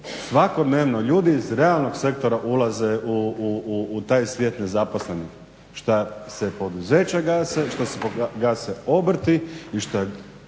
svakodnevno ljudi iz realnog sektora ulaze u taj svijet nezaposlenih, šta se poduzeća gase, šta se gase obrti i što